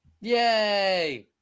yay